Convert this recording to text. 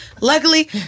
Luckily